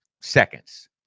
seconds